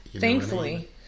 Thankfully